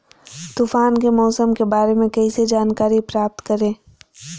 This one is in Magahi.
तूफान के मौसम के बारे में कैसे जानकारी प्राप्त करें?